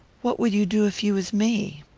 what would you do if you was me?